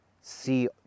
see